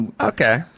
Okay